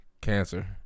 cancer